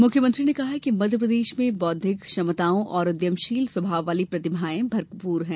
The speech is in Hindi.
मुख्यमंत्री ने कहा कि मध्यप्रदेश में बौद्धिक क्षमताओं और उद्यमशील स्वभाव वाली प्रतिभाएं भरपूर हैं